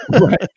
right